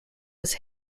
was